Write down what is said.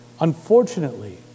unfortunately